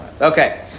Okay